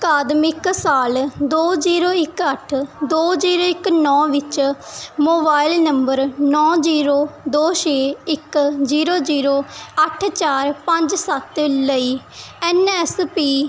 ਅਕਾਦਮਿਕ ਸਾਲ ਦੋ ਜੀਰੋ ਇੱਕ ਅੱਠ ਦੋ ਜੀਰੋ ਇੱਕ ਨੌਂ ਵਿੱਚ ਮੋਬਾਈਲ ਨੰਬਰ ਨੌਂ ਜੀਰੋ ਦੋ ਛੇ ਇੱਕ ਜੀਰੋ ਜੀਰੋ ਅੱਠ ਚਾਰ ਪੰਜ ਸੱਤ ਲਈ ਐੱਨ ਐੱਸ ਪੀ